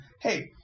Hey